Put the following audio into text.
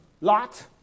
lot